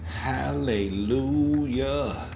Hallelujah